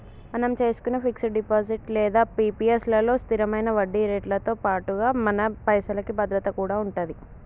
మనం చేసుకునే fix deposit లేదా పి.పి.ఎస్ లలో స్థిరమైన వడ్డీరేట్లతో పాటుగా మన పైసలకి భద్రత కూడా ఉంటది